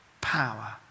power